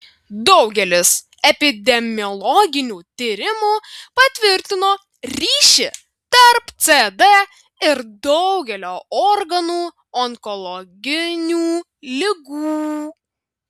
daugelis epidemiologinių tyrimų patvirtino ryšį tarp cd ir daugelio organų onkologinių ligų